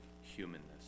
humanness